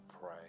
pray